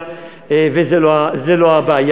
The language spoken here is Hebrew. את זה לא בדקו.